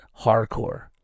Hardcore